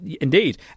indeed